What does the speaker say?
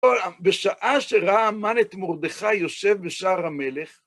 בשעה שראה המןאת מורדכי יושב בשער המלך,